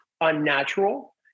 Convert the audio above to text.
unnatural